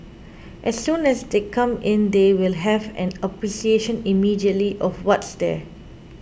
as soon as they come in they will have an appreciation immediately of what's there